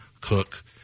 cook